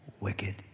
wicked